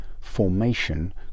formation